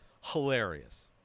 hilarious